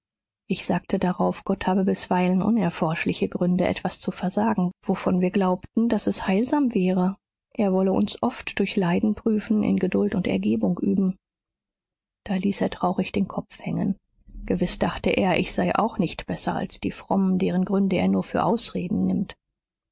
ich sagte darauf gott habe bisweilen unerforschliche gründe etwas zu versagen wovon wir glaubten daß es heilsam wäre er wolle uns oft durch leiden prüfen in geduld und ergebung üben da ließ er traurig den kopf hängen gewiß dachte er ich sei auch nicht besser als die frommen deren gründe er nur für ausreden nimmt